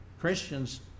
Christians